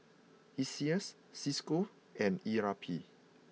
Iseas Cisco and E R P